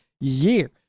year